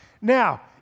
Now